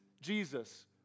Jesus